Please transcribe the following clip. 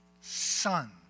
son